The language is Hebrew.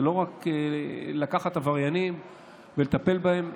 זה לא רק לקחת עבריינים ולטפל בהם,